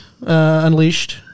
unleashed